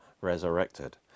resurrected